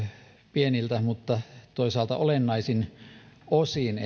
pieniltä mutta toisaalta olennaisilta osin